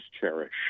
cherish